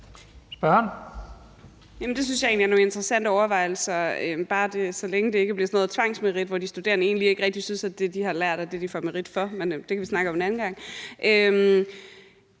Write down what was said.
Det synes jeg egentlig er nogle interessante overvejelser, så længe det ikke bliver sådan noget tvangsmerit, hvor de studerende egentlig ikke rigtig synes, at det, de har lært, er det, de får merit for. Men det kan vi snakke om en anden gang.